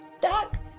duck